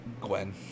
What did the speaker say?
Gwen